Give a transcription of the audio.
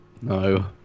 No